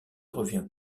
revient